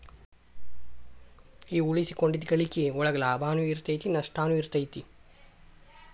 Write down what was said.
ಈ ಉಳಿಸಿಕೊಂಡಿದ್ದ್ ಗಳಿಕಿ ಒಳಗ ಲಾಭನೂ ಇರತೈತಿ ನಸ್ಟನು ಇರತೈತಿ